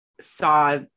saw